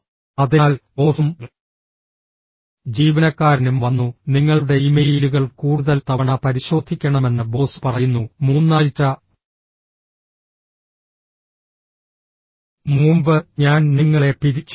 അതിനാൽ ബോസും ജീവനക്കാരനും വന്നു നിങ്ങളുടെ ഇമെയിലുകൾ കൂടുതൽ തവണ പരിശോധിക്കണമെന്ന് ബോസ് പറയുന്നു മൂന്നാഴ്ച മുമ്പ് ഞാൻ നിങ്ങളെ പിരിച്ചുവിട്ടു